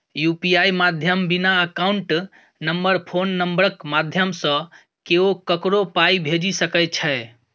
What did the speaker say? UPI माध्यमे बिना account number phone नंबरक माध्यमसँ केओ ककरो पाइ भेजि सकै छै